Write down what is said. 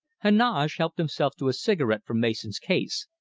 heneage helped himself to a cigarette from mason's case,